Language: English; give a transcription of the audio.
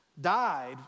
died